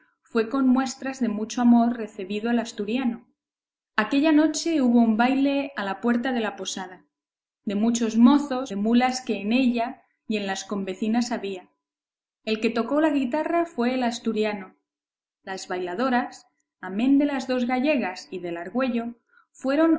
fue con muestras de mucho amor recebido el asturiano aquella noche hubo un baile a la puerta de la posada de muchos mozos de mulas que en ella y en las convecinas había el que tocó la guitarra fue el asturiano las bailadoras amén de las dos gallegas y de la argüello fueron